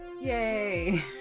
yay